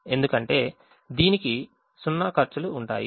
ఎందుకంటే దీనికి 0 ఖర్చులు ఉంటాయి